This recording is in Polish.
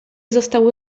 został